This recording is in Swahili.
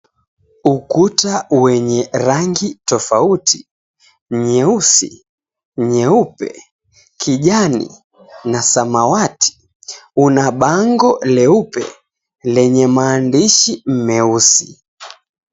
Ukuta wenye rangi tofauti nyeusi, nyeupe, kijani na samawati, una bango leupe lenye maandishi meusi.